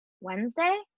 Wednesday